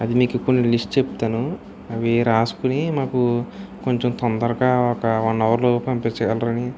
అది మీకు కొన్ని లిస్ట్ చెప్తాను అవి రాసుకుని మాకు కొంచెం తొందరగా ఒక వన్ హావర్లో పంపించగలరని